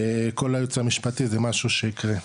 כל הייעוץ המשפטי זה משהו שייקרה.